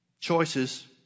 choices